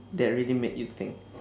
that really made you think